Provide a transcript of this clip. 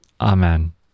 Amen